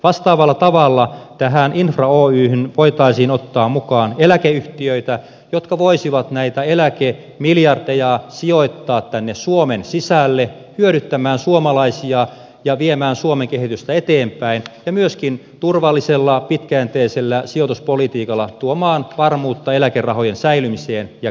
vastaavalla tavalla tähän infra oyhyn voitaisiin ottaa mukaan eläkeyhtiöitä jotka voisivat näitä eläkemiljardeja sijoittaa tänne suomen sisälle hyödyttämään suomalaisia ja viemään suomen kehitystä eteenpäin ja myöskin turvallisella pitkäjänteisellä sijoituspolitiikalla tuomaan varmuutta eläkerahojen säilymiseen ja kehittämiseen